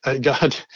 God